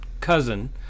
cousin